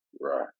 Right